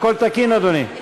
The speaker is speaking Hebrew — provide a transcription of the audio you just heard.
הכול תקין, אדוני?